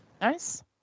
nice